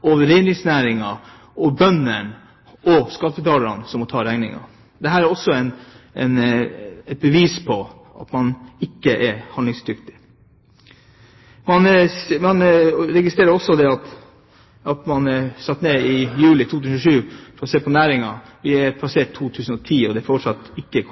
reindriftsnæringen og bøndene som må ta regningen. Dette er også et bevis på at man ikke er handlingsdyktig. Jeg registrerer også at man i juli 2007 satte seg ned for å se på næringen. Vi er nå i 2010, og det har fortsatt ikke